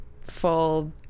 full